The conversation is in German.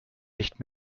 nicht